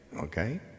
Okay